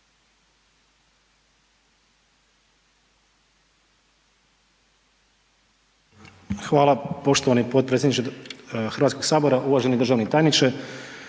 Hvala poštovani potpredsjedniče Hrvatskog sabora, državni tajniče,